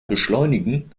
beschleunigen